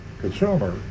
consumer